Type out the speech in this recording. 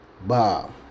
Bob